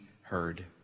heard